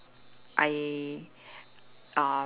I uh